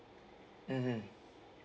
mmhmm